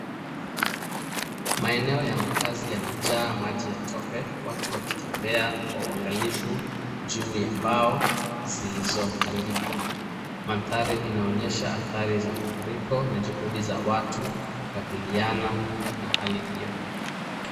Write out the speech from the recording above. Maeneo ya makazi yamejaa maji ya tope watu wakitembea kwa uangalifu juu ya mbao zilizobandikwa. Mandhari yanaonyesha hadhari za mafuriko na juhudi za watu kukabiliana na hali hiyo.